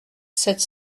sept